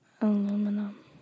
Aluminum